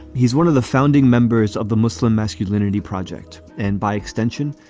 he's one of the founding members of the muslim masculinity project. and by extension,